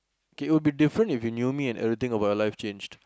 K it will be different if you knew me and everything about your life changed